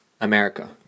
America